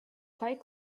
quite